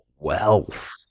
wealth